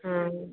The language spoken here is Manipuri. ꯑꯥ